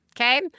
Okay